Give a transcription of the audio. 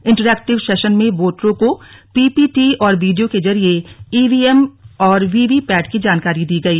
interactive session में वोटरों को प ी टी और वीडियो के जरिये ई वी एम और वी पी पैट की जानकारी दी गई